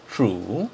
true